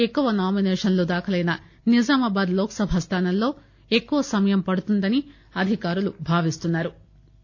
ఎక్కువ నామినేషన్లు దాఖలైన నిజామాబాద్ లోక్ సభ స్లానంలో ఎక్కువ సమయం పడుతుందని అధికారులు భావిస్తున్నా రు